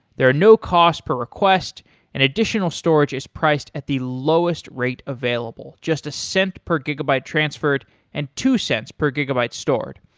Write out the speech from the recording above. there are no cost per request and additional storage is priced at the lowest rate available. just a cent per gigabyte transferred and two cents per gigabyte stored.